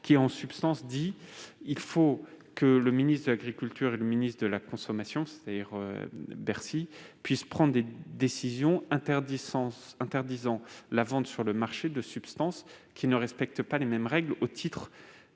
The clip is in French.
loin en prévoyant que le ministre de l'agriculture et le ministre de la consommation, c'est-à-dire Bercy, puissent prendre la décision d'interdire la vente sur le marché de substances qui ne respectent pas les mêmes règles, et